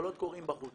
הקולות קוראים בחוץ.